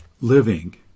living